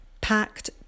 packed